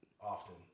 often